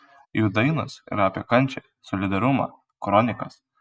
jų dainos yra apie kančią solidarumą kronikas